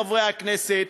חברי הכנסת,